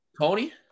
Tony